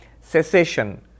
cessation